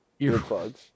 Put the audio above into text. earplugs